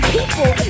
people